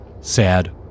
sad